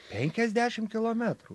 penkiadešim kilometrų